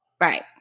right